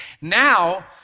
Now